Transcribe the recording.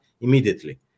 immediately